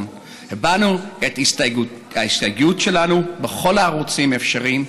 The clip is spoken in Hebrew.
הבענו את ההסתייגות שלנו בכל הערוצים האפשריים,